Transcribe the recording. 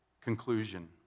conclusion